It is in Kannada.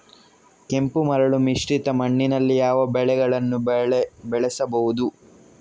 ಕೆಂಪು ಮರಳು ಮಿಶ್ರಿತ ಮಣ್ಣಿನಲ್ಲಿ ಯಾವ ಬೆಳೆಗಳನ್ನು ಬೆಳೆಸಬಹುದು?